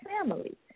family